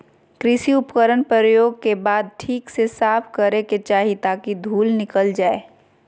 कृषि उपकरण प्रयोग के बाद ठीक से साफ करै के चाही ताकि धुल निकल जाय